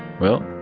well,